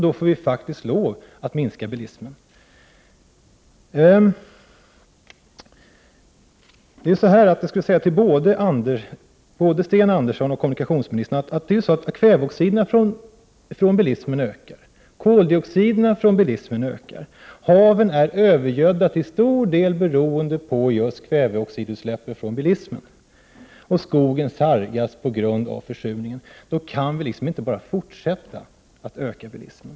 Då får vi faktiskt lov att minska bilismen. Jag skulle vilja säga både till Sten Andersson och till kommunikationsministern att kväveoxiderna från bilismen ökar, koldioxiderna från bilismen ökar, haven är övergödda, till stor del beroende på just kväveoxidutsläppen från bilismen, och skogen sargas på grund av försurningen. Då kan vi inte bara fortsätta att öka bilismen.